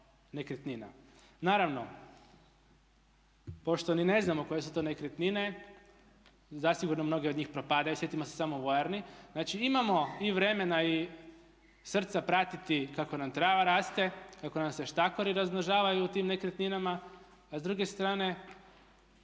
nekretnina. Naravno, pošto ni ne znamo koje su to nekretnine zasigurno mnoge od njih propadaju. Sjetimo se samo vojarni. Znači, imamo i vremena i srca pratiti kako nam trava raste, kako nam se štakori razmnožavaju u tim nekretninama, a s druge strane